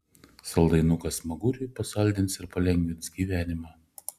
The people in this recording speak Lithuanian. saldainukas smaguriui pasaldins ir palengvins gyvenimą